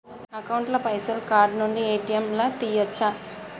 Account ల పైసల్ card నుండి ఏ.టి.ఎమ్ లా తియ్యచ్చా?